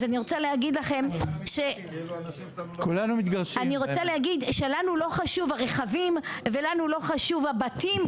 אז אני רוצה להגיד לכם שלנו לא חשוב רכבים ולא חשוב הבתים,